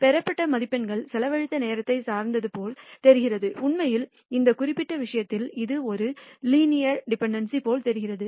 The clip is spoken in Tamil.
பெறப்பட்ட மதிப்பெண்கள் செலவழித்த நேரத்தை சார்ந்தது போல் தெரிகிறது உண்மையில் இந்த குறிப்பிட்ட விஷயத்தில் இது ஒரு லீனியர் டெபண்டன்ஸி போல் தெரிகிறது